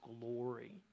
glory